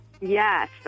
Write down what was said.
Yes